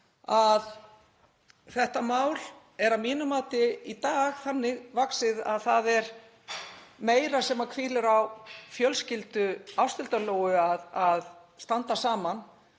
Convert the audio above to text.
að þetta mál er, að mínu mati, í dag þannig vaxið að það er meira sem hvílir á fjölskyldu Ásthildar Lóu að standa saman